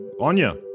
Anya